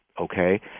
okay